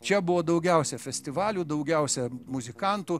čia buvo daugiausia festivalių daugiausia muzikantų